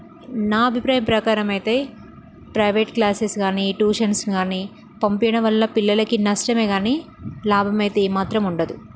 నా అభిప్రాయం ప్రకారం అయితే ప్రైవేట్ క్లాసెస్ కానీ ఈ ట్యూషన్స్ కానీ పంపించడం వల్ల పిల్లలకి నష్టమే కానీ లాభం అయితే ఏ మాత్రం ఉండదు